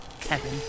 Kevin